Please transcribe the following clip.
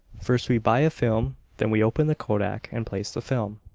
first we buy a film, then we open the kodak and place the film.